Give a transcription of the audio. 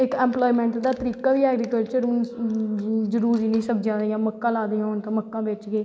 इक इंपलाईमैंट दा तरीका बी ऐ ऐग्रीतल्चर जरूरी नी सब्जियां लानियां मक्कां लादियां होंगन ते मक्कां बेचगे